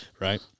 right